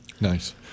Nice